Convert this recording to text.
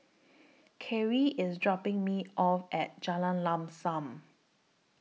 Karyl IS dropping Me off At Jalan Lam SAM